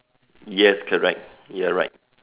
yes correct you're right